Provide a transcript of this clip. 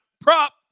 prop